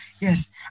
yes